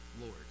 Lord